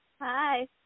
Hi